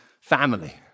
family